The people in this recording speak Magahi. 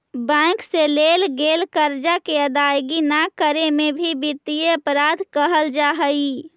बैंक से लेल गेल कर्जा के अदायगी न करे में भी वित्तीय अपराध कहल जा हई